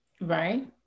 right